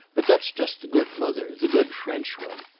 but that's just the good mother the good french one.